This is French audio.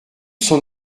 son